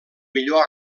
millor